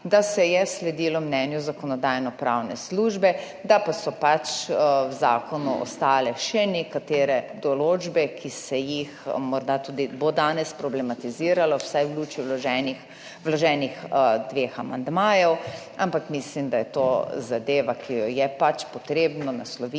da se je sledilo mnenju Zakonodajno-pravne službe, da pa so pač v zakonu ostale še nekatere določbe, ki se jih bo morda tudi danes problematiziralo, vsaj v luči vloženih dveh amandmajev. Ampak mislim, da je to zadeva, ki jo je pač potrebno nasloviti